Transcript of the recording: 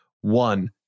One